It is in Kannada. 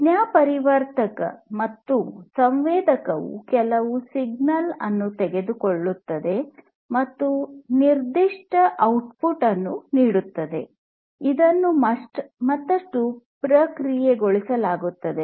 ಸಂಜ್ಞಾಪರಿವರ್ತಕ ಮತ್ತು ಸಂವೇದಕವು ಕೆಲವು ಸಿಗ್ನಲ್ ಅನ್ನು ತೆಗೆದುಕೊಳ್ಳುತ್ತದೆ ಮತ್ತು ನಿರ್ದಿಷ್ಟ ಔಟ್ಪುಟ್ ಅನ್ನು ನೀಡುತ್ತದೆ ಇದನ್ನು ಮತ್ತಷ್ಟು ಪ್ರಕ್ರಿಯೆಗೊಳಿಸಲಾಗುತ್ತದೆ